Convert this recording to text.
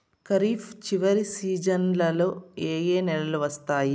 ఖరీఫ్ చివరి సీజన్లలో ఏ ఏ నెలలు వస్తాయి